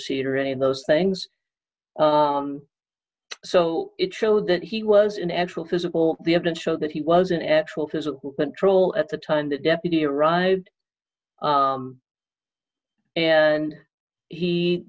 seat or any of those things so it showed that he was in actual physical the evidence showed that he was an actual physical control at the time the deputy arrived and he